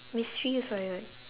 mysteries I like